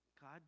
God